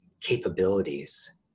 capabilities